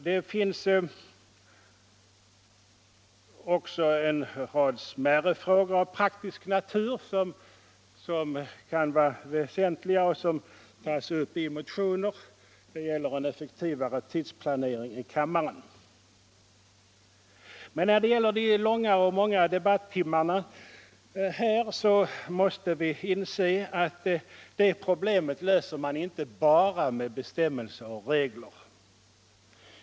Det finns också en rad smärre frågor av praktisk natur, som kan vara väsentliga och som tas upp i motioner. Det gäller t.ex. en effektivare tidsplanering i kammaren. Men när det gäller de långa och många debatterna här måste vi inse att det problemet löser man inte bara med bestämmelser och regler.